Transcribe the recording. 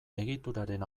egituraren